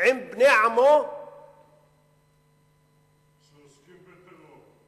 עם בני עמו, שעוסקים בטרור.